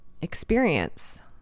experience